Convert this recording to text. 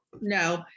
No